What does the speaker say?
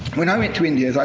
when i went to india, as i